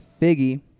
figgy